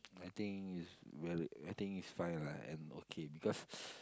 I think it's very I think it's fine lah and okay because